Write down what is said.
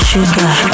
Sugar